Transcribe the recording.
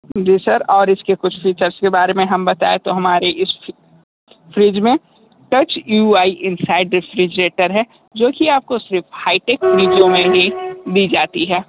जी sir और इसके कुछ फीचर्स के बारे में हम बताएं तो हमारी इस फ्री फ्रिज में touch U I inside refrigerator है जो की सिर्फ आपको हाईटेक फ्रिजों में दी जाती है